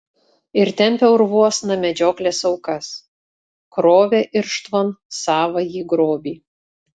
ir tempė urvuosna medžioklės aukas krovė irštvon savąjį grobį